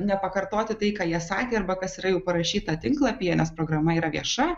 nepakartoti tai ką jie sakė arba kas yra jau parašyta tinklapyje nes programa yra vieša